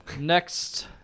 next